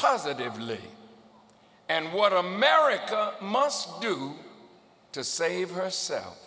positively and what america must do to save herself